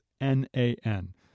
N-A-N